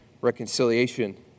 reconciliation